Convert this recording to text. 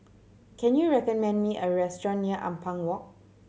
can you recommend me a restaurant near Ampang Walk